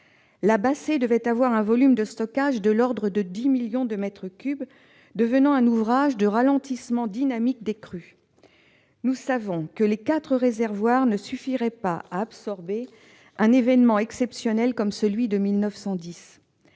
La Bassée devait avoir un volume de stockage de l'ordre de 10 millions de mètres cubes, devenant ainsi un ouvrage de ralentissement dynamique des crues. Nous savons que les quatre réservoirs ne suffiraient pas à absorber un événement exceptionnel comme celui de 1910.